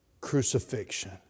crucifixion